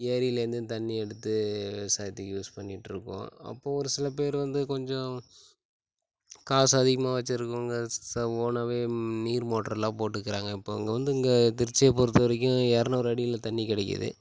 ஏரியிலேருந்தும் தண்ணி எடுத்து விவசாயத்துக்கு யூஸ் பண்ணிகிட்ருக்கோம் அப்போது ஒரு சில பேர் வந்து கொஞ்சம் காசு அதிகமாக வச்சிருக்கவங்க ஸ் ஸ் ச ஓன்னாவே நீர் மோட்டருலாம் போட்டுக்கிறாங்க இப்போது இங்கே வந்து இங்கே திருச்சியை பொறுத்த வரைக்கும் இரநூறு அடியில் தண்ணி கிடைக்கிது